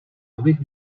abych